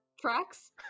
tracks